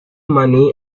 money